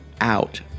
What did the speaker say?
out